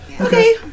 Okay